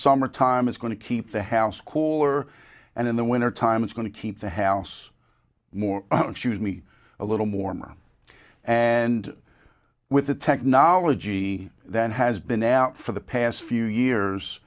summer time it's going to keep the house color and in the winter time it's going to keep the house more excuse me a little more and with the technology that has been out for the past few years